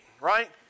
right